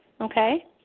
Okay